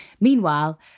Meanwhile